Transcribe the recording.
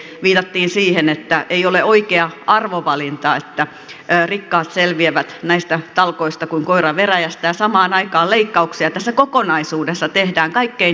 viitattiin siihen että ei ole oikea arvovalinta että rikkaat selviävät näistä talkoista kuin koira veräjästä ja samaan aikaan leikkauksia tässä kokonaisuudessa tehdään kaikkein heikoimmille